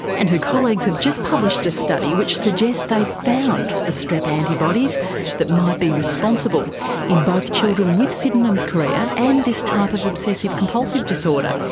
and her colleagues have just published a study which suggests they've found the strep antibodies that might be responsible in both children with sydenham's chorea and this type of obsessive compulsive disorder.